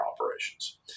operations